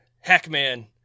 Hackman